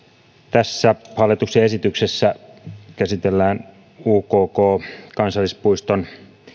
hallituksen esityksessä käsitellään ukk kansallispuiston